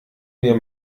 mir